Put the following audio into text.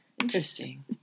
interesting